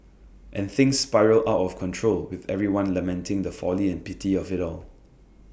and things spiral out of control with everyone lamenting the folly and pity of IT all